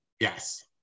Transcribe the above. Yes